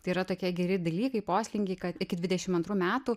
tai yra tokie geri dalykai poslinkiai kad iki dvidešim antrų metų